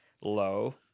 low